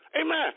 Amen